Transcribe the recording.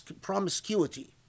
promiscuity